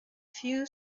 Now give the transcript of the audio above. few